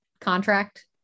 contract